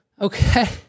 okay